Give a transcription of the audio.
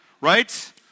right